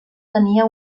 tenia